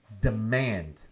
demand